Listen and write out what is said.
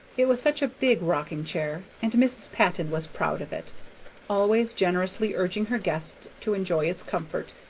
it was such a big rocking-chair, and mrs. patton was proud of it always generously urging her guests to enjoy its comfort,